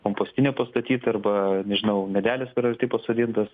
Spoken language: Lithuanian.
kompostinę pastatyt arba nežinau medelis yra pasodintas